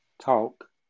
talk